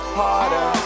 harder